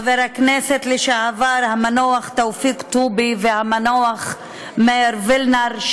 חבר הכנסת לשעבר המנוח תופיק טובי והמנוח מאיר וילנר,